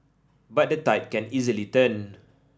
but the tide can easily turn